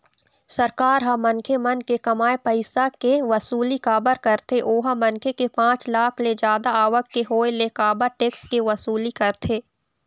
सरकार ह मनखे मन के कमाए पइसा के वसूली काबर कारथे ओहा मनखे के पाँच लाख ले जादा आवक के होय ले काबर टेक्स के वसूली करथे?